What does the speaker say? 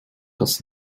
das